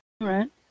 right